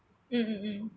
mm mm mm